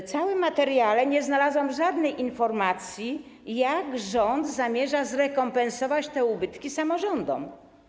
W całym materiale nie znalazłam żadnej informacji, jak rząd zamierza zrekompensować te ubytki samorządom.